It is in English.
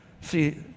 See